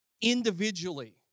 individually